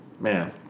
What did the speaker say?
man